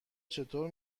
چطور